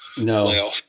no